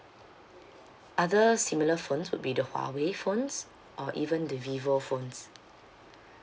other similar phones would be the huawei phones or even the vivo phones